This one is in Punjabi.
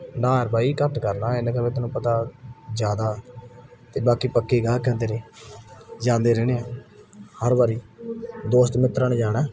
ਨਾ ਯਾਰ ਬਾਈ ਘੱਟ ਕਰ ਨਾ ਐਂ ਨਾ ਕਰ ਵੀ ਤੈਨੂੰ ਪਤਾ ਜ਼ਿਆਦਾ ਅਤੇ ਬਾਕੀ ਪੱਕੇ ਗਾਹਕ ਹਾਂ ਤੇਰੇ ਜਾਂਦੇ ਰਹਿੰਦੇ ਹਾਂ ਹਰ ਵਾਰੀ ਦੋਸਤ ਮਿੱਤਰਾਂ ਨੇ ਜਾਣਾ